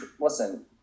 listen